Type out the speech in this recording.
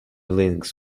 linux